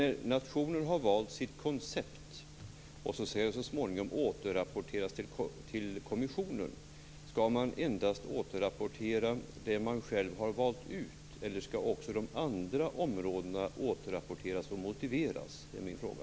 När nationen har valt sitt koncept och sedan så småningom återrapporterar till kommissionen, skall man då endast återrapportera det man själv har valt ut, eller skall också de andra områdena återrapporteras och motiveras? Det är min fråga.